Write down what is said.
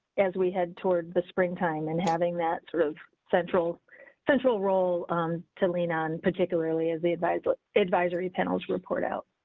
as we head toward the springtime and having that sort of central central role to lean on, particularly as the advisory advisory panels report out.